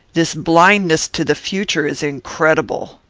this blindness to the future, is incredible.